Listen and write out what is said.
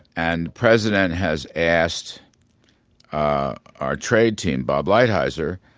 and president has asked our trade team, bob lighthizer,